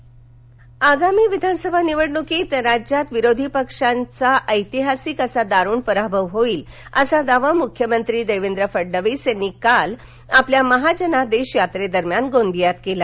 फडणविस आगामी विधानसभा निवडणुकीत राज्यात विरोधी पक्षांचा ऐतिहासिक असा दारूण पराभव होईल असा दावा मुख्यमंत्री देवेंद्र फडणविस यांनी काल आपल्या महाजनादेश यात्रे दरम्यान गोंदियात केला